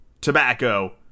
Tobacco